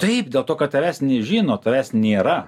taip dėl to kad tavęs nežino tavęs nėra